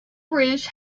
bridge